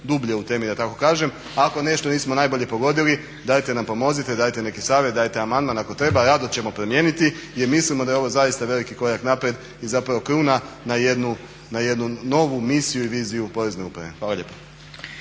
dublje u temi da tako kažem. Ako nešto nismo najbolje pogodili dajte nam pomozite, dajte neki savjet, dajte amandman ako treba, rado ćemo promijeniti jer mislimo da je ovo zaista veliki korak naprijed i zapravo kruna na jednu novu misiju i viziju porezne uprave. Hvala lijepo.